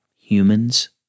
humans